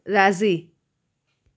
राज़ी